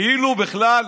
כאילו בכלל,